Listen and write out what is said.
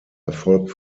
erfolg